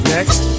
Next